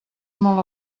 molt